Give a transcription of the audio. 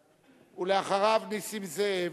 אחריו, נסים זאב,